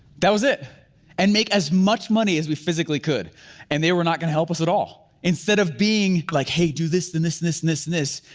that was it and make as much money as we physically could and they were not gonna help us at all. instead of being like, hey do this and this and this and this,